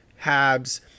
Habs